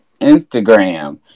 Instagram